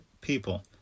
people